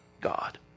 God